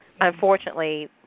unfortunately